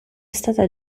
stata